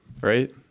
Right